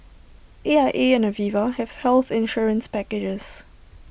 A I A and Aviva have health insurance packages